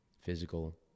physical